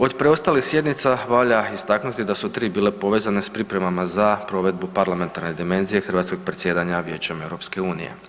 Od preostalih sjednica valja istaknuti da su 3 bile povezane s pripremama za provedbu parlamentarne dimenzije hrvatskog predsjedanjem Vijećem EU.